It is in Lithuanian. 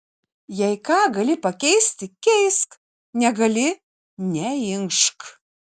jei gali ką pakeisti keisk negali neinkšk